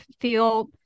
feel